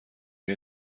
های